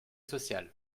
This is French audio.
social